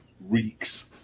reeks